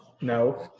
No